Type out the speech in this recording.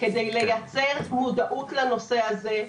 כדי לייצר מודעות לנושא הזה.